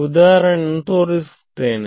ಉದಾಹರಣೆಯನ್ನು ತೋರಿಸುತ್ತೇನೆ